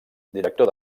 director